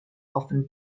often